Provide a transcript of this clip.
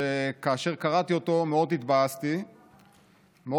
שכאשר קראתי אותו התבאסתי מאוד.